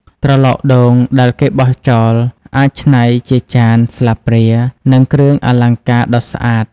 ត្រឡោកដូងដែលគេបោះចោល អាចច្នៃជាចាន ស្លាបព្រា និងគ្រឿងអលង្ការដ៏ស្អាត។